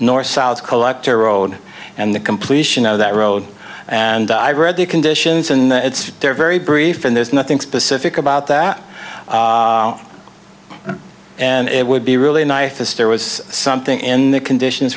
north south collector road and the completion of that road and i read the conditions in the it's there very brief and there's nothing specific about that and it would be really nice there was something in the conditions